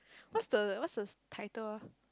what's the what's the title ah